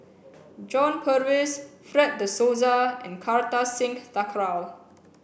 john Purvis Fred De Souza and Kartar Singh Thakral